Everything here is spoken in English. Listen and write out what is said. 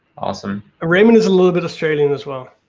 awesome. raymond is a little bit australian as well.